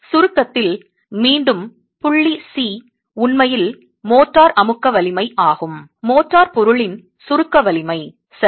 சுருக்கத்தில் மீண்டும் புள்ளி C உண்மையில் மோர்டார் அமுக்க வலிமை ஆகும் மோர்டார் பொருளின் சுருக்க வலிமை சரி